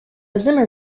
zimmer